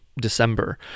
December